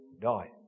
die